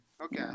Okay